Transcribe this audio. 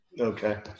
Okay